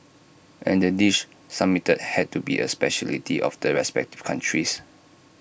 and the dish submitted had to be A speciality of the respective countries